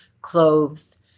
cloves